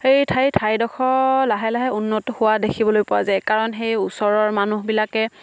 সেই ঠাইডোখৰ লাহে লাহে উন্নত হোৱা দেখিবলৈ পোৱা যায় কাৰণ সেই ওচৰৰ মানুহবিলাকে